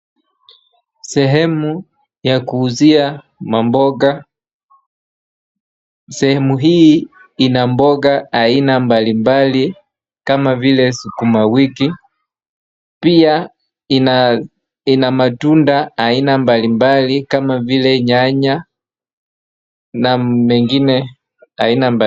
Sehemu ya kuuzia mamboga, sehemu hii ina mboga aina mbali mbali kama vile sukuma wiki, pia ina matunda aina mbali mbali kama vile nyanya na mengine aina.